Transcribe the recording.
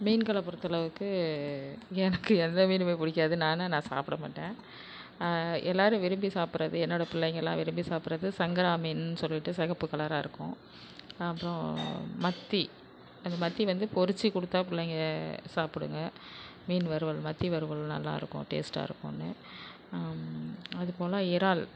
மீன்களை பொருத்தளவுக்கு எனக்கு எந்த மீனுமே பிடிக்காது நான் நான் சாப்பிடமாட்டன் எல்லாரும் விரும்பி சாப்பிட்றது என்னோட பிள்ளைங்கல்லாம் விரும்பி சாப்பிட்றது சங்கரா மீனுன்னு சொல்லிட்டு சிகப்பு கலராக இருக்கும் அப்புறோம் மத்தி அந்த மத்தி வந்து பொறிச்சு கொடுத்தா பிள்ளைங்க சாப்பிடுங்க மீன் வறுவல் மத்தி வறுவல் நல்லாயிருக்கும் டேஸ்ட்டாக இருக்குதுன்னு அது போல் இறால்